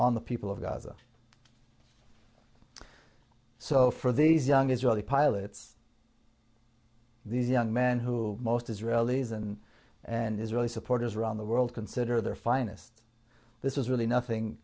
on the people of gaza so for these young israeli pilots these young men who most israelis and and israeli supporters around the world consider their finest this is really nothing